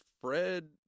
Fred